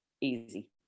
easy